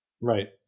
Right